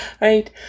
right